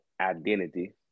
identity